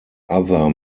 other